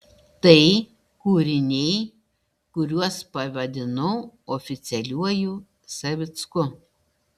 tai kūriniai kuriuos pavadinau oficialiuoju savicku